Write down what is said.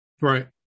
Right